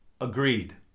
agreed